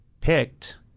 picked